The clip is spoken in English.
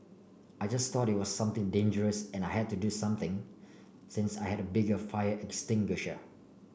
I just thought it was something dangerous and I had to do something since I had a bigger fire extinguisher